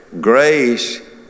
Grace